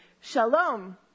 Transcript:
Shalom